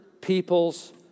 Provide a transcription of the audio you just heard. people's